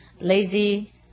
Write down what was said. lazy